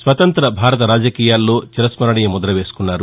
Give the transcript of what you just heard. స్వతంత భారత రాజకీయాల్లో చిరస్నరణీయ ముద్ద వేసుకున్నారు